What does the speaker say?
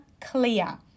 clear